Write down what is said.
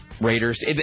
Raiders